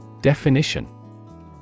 definition